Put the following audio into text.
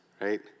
right